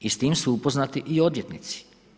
I s tim su upoznati i odvjetnici.